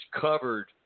covered